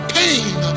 pain